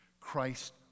Christ